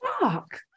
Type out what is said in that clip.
fuck